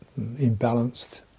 imbalanced